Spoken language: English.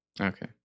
Okay